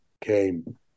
came